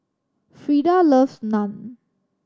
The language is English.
Frida loves Naan